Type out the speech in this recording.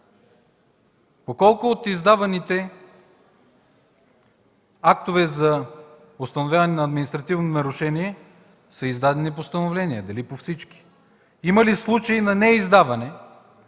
По колко от издаваните актове за установяване на административно нарушение са издадени постановления? Дали по всички? Има ли случаи на неиздаване